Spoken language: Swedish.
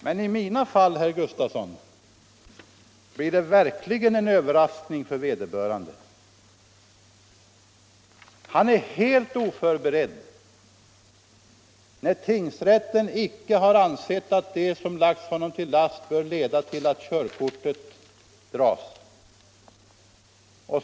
Men i mina fall, herr Gustafson, blir det verkligen en överraskning för vederbörande. Han är helt oförberedd. Tingsrätten har inte ansett att det som lagts honom till last bör leda till att körkortet dras in.